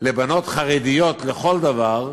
לבנות חרדיות לכל דבר,